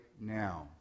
now